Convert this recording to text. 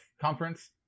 conference